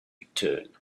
return